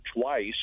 twice